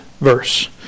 verse